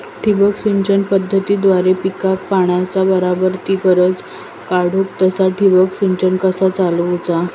ठिबक सिंचन पद्धतीद्वारे पिकाक पाण्याचा बराबर ती गरज काडूक तसा ठिबक संच कसा चालवुचा?